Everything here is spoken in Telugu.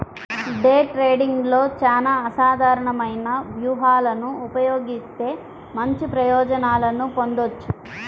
డే ట్రేడింగ్లో చానా అసాధారణమైన వ్యూహాలను ఉపయోగిత్తే మంచి ప్రయోజనాలను పొందొచ్చు